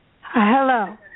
Hello